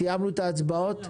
סיימנו את ההצבעות?